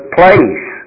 place